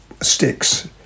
sticks